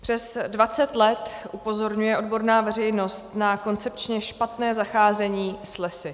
Přes dvacet let upozorňuje odborná veřejnost na koncepčně špatné zacházení s lesy.